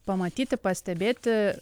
pamatyti pastebėti